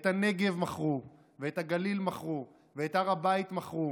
את הנגב מכרו ואת הגליל מכרו ואת הר הבית מכרו.